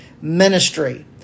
ministry